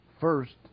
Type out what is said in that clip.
first